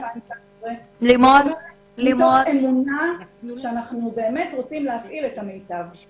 לימור ----- מתוך אמונה שאנחנו רוצים להפעיל את המיטב.